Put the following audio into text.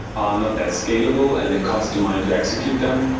are not that scalable and it costs you money to execute them.